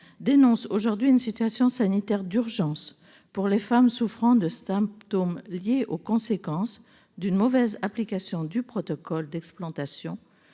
dénonce aujourd'hui une situation sanitaire d'urgence pour les femmes souffrant de symptômes liés aux conséquences d'une mauvaise application du protocole d'explantation,